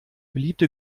beliebte